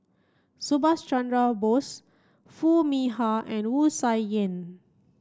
Subhas Chandra Bose Foo Mee Har and Wu Tsai Yen